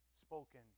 spoken